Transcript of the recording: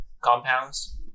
compounds